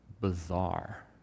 Bizarre